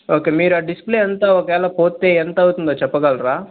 okay మీరు ఆ display అంతా ఒక వేళ పోతే ఎంత అవుతుందో చెప్పగలరా